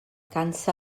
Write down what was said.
cansa